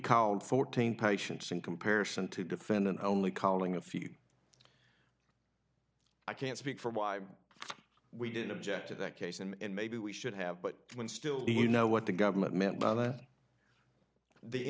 called fourteen patients in comparison to defendant only calling a few i can't speak for why we didn't object to that case and maybe we should have but when still the you know what the government meant by that the